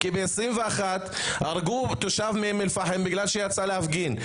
כי ב-2021 הרגו תושב מאום אל-פחם בגלל שיצא להפגין.